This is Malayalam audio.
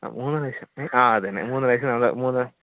ആ മൂന്ന് പ്രാവശ്യം ആ അതുതന്നെ മൂന്ന് പ്രാവശ്യം അത് മൂന്ന് പ്രാ